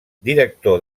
director